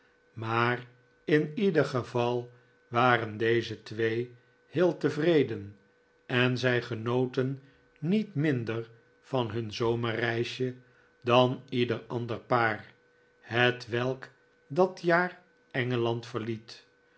maar in ieder geval waren deze twee heel tevreden en zij genoten niet minder van hun zomerreisje dan ieder ander paar hetwelk dat jaar engeland verliet